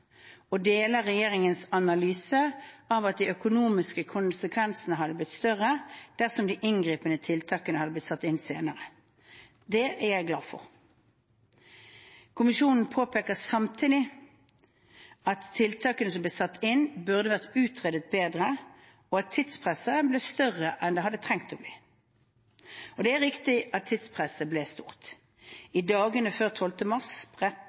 regjeringens analyse av at de økonomiske konsekvensene hadde blitt større dersom de inngripende tiltakene hadde blitt satt inn senere. Det er jeg glad for. Kommisjonen påpeker samtidig at tiltakene som ble satt inn, burde vært utredet bedre, og at tidspresset ble større enn det hadde trengt å bli. Det er riktig at tidspresset ble stort. I dagene før 12. mars